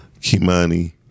Kimani